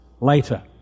later